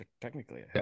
Technically